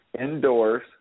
indoors